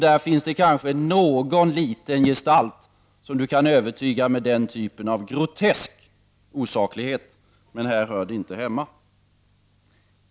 Där finns det kanske någon liten anhängare som kan övertygas med den typen av grotesk osaklighet, men här hör den inte hemma.